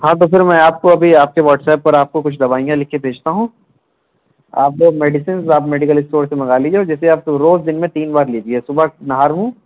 ہاں تو پھر میں آپ کو ابھی آپ کے واٹس ایپ پر آپ کو کچھ دوائیاں لکھ کے بھیجتا ہوں آپ وہ میڈیسنس آپ میڈیکل اسٹور سے منگا لیجیے اور جسے آپ تو روز دن میں تین بار لیجیے صبح نہار منھ